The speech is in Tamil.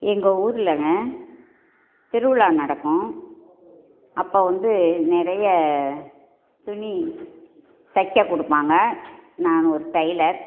எங்கள் ஊர்லேங்க திருவிழா நடக்கும் அப்போ வந்து நிறைய துணித் தைக்க கொடுப்பாங்க நான் ஒரு டைலர்